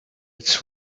its